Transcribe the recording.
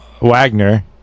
Wagner